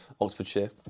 Oxfordshire